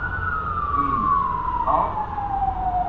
ह्म्म और